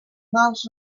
mals